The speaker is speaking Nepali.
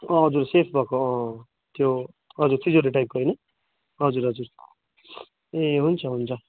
हजुर सेफ भएको अँ त्यो हजुर तिजोरी टाइपको होइन हजुर हजुर ए हुन्छ हुन्छ